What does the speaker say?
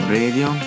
radio